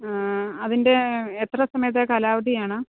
ആ അതിൻ്റെ എത്ര സമയത്തെ കാലാവധിയാണ്